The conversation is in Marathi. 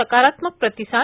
सकारात्मक प्रतिसाद